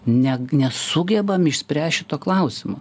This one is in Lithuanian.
net nesugebam išspręst šito klausimo